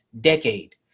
decade